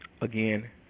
Again